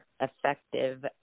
effective